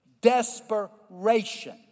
desperation